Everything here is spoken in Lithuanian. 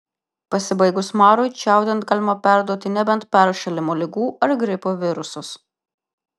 pasibaigus marui čiaudint galima perduoti nebent peršalimo ligų ar gripo virusus